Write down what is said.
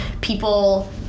people